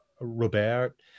Robert